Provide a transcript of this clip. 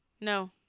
No